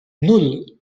nul